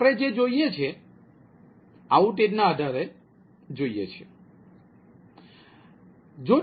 તેથી આપણે જે જોઈએ છીએ આઉટેજના આધારે જોઈએ છીએ